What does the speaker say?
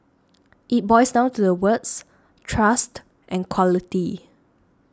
it boils down to the words trust and quality